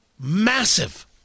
massive